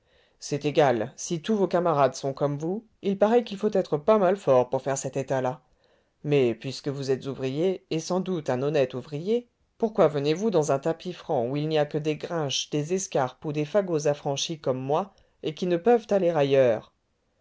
c'est égal si tous vos camarades sont comme vous il paraît qu'il faut être pas mal fort pour faire cet état-là mais puisque vous êtes ouvrier et sans doute un honnête ouvrier pourquoi venez-vous dans un tapis franc où il n'y a que des grinches des escarpes ou des fagots affranchis comme moi et qui ne peuvent aller ailleurs